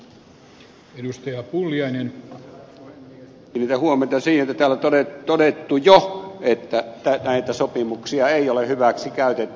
kiinnitän huomiota siihen että täällä on todettu jo että näitä sopimuksia ei ole hyväksi käytetty